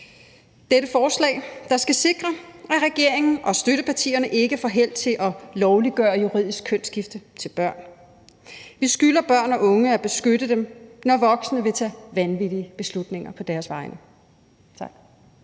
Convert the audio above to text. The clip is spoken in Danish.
dette forslag, der skal sikre, at regeringen og støttepartierne ikke får held til at lovliggøre juridisk kønsskifte til børn. Vi skylder børn og unge at beskytte dem, når voksne vil tage vanvittige beslutninger på deres vegne.